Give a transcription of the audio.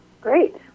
great